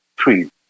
three